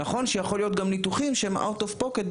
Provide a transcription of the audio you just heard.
נכון שיכול להיות גם ניתוחים שהם אאוט אוף פוקט,